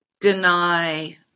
deny